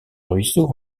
ruisseau